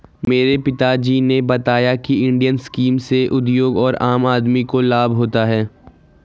मेरे पिता जी ने बताया की इंडियन स्कीम से उद्योग और आम आदमी को लाभ होता है